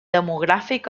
demogràfic